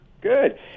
Good